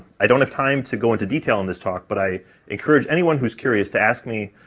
i don't have time to go into detail on this talk, but i encourage anyone who's curious to ask me,